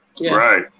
Right